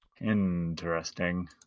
Interesting